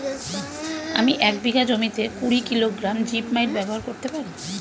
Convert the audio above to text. আমি এক বিঘা জমিতে কুড়ি কিলোগ্রাম জিপমাইট ব্যবহার করতে পারি?